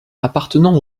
appartenant